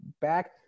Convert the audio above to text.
back